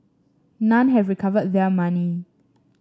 none have recovered their money